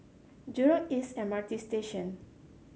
Jurong East M R T Station